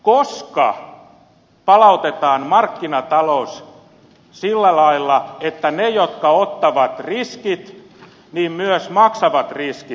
koska palautetaan markkinatalous sillä lailla että ne jotka ottavat riskit myös maksavat riskit